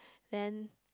then